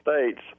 states